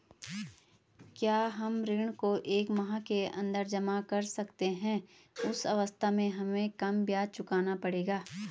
क्या हम ऋण को एक माह के अन्दर जमा कर सकते हैं उस अवस्था में हमें कम ब्याज चुकाना पड़ेगा?